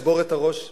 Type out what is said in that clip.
לשבור את הראש בקיר,